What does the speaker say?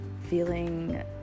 feeling